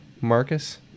Marcus